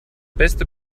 beste